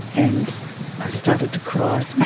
and i started to cry.